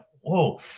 whoa